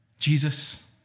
Jesus